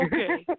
Okay